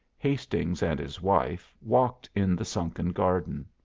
hastings and his wife walked in the sunken garden.